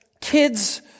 kids